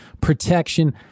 protection